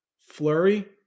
flurry